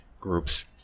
groups